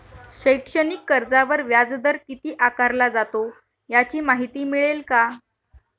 शैक्षणिक कर्जावर व्याजदर किती आकारला जातो? याची माहिती मिळेल का?